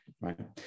Right